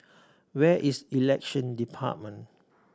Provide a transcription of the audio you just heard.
where is Election Department